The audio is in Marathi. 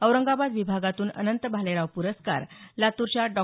औरंगाबाद विभागातून अनंत भालेराव प्रस्कार लातूरच्या डॉ